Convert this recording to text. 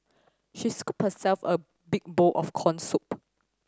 she scooped herself a big bowl of corn soup